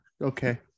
Okay